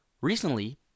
Recently